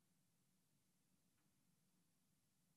ישראל